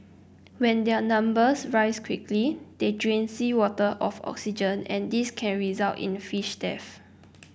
when their numbers rise quickly they drain seawater of oxygen and this can result in fish death